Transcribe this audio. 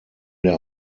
der